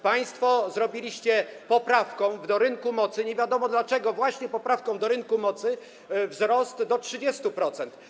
Państwo zrobiliście poprawką dotyczącą rynku mocy - nie wiadomo dlaczego właśnie poprawką dotyczącą rynku mocy - wzrost do 30%.